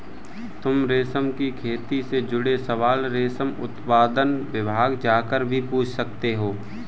तुम रेशम की खेती से जुड़े सवाल रेशम उत्पादन विभाग जाकर भी पूछ सकते हो